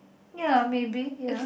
ya maybe ya